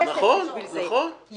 יש מכתב של שר הביטחון שנעשה בשיקול דעת.